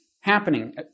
happening